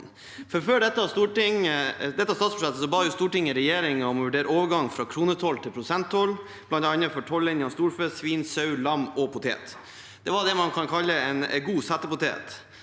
Før dette statsbudsjettet ba Stortinget regjeringen om å vurdere overgang fra kronetoll til prosenttoll for bl.a. tollinjene storfe, svin, sau, lam og potet. Det var det man kan kalle en god settepotet.